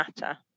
matter